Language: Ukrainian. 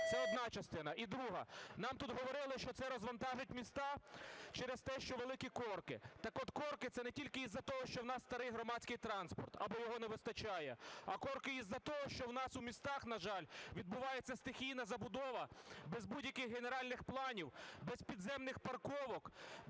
Це одна частина. І друге. Нам тут говорили, що це розвантажить міста через те, що великі корки. Так от, корки – це не тільки із-за того, що в нас старий громадський транспорт або його не вистачає, а корки із-за того, що в нас у містах, на жаль, відбувається стихійна забудова без будь-яких генеральних планів, без підземних парковок,